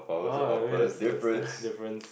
orh maybe that's that's the difference